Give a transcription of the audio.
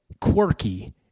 quirky